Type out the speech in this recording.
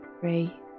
three